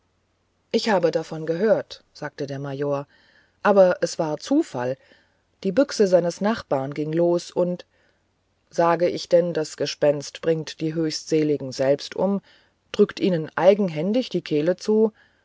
ich habe davon gehört sagte der major aber es war zufall die büchse seines nachbars ging los und sage ich denn das gespenst bringe die höchstseligen selbst um drücke ihnen eigenhändig die kehle zu